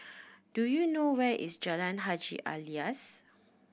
do you know where is Jalan Haji Alias